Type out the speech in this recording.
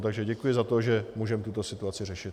Takže děkuji za to, že můžeme tuto situaci řešit.